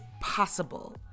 possible